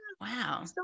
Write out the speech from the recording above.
Wow